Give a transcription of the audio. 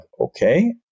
okay